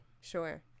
Sure